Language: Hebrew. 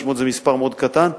ו-500 זה מספר מאוד קטן,